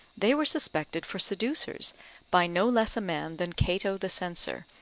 they were suspected for seducers by no less a man than cato the censor,